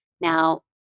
Now